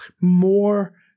more